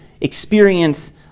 experience